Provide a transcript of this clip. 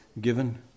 given